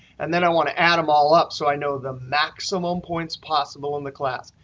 and then i want to add them all up so i know the maximum points possible in the class.